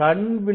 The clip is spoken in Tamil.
கண்வில்லை